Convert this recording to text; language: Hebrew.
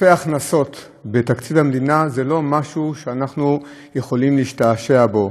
עודפי הכנסות בתקציב המדינה זה לא משהו שאנחנו יכולים להשתעשע בו.